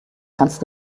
kannst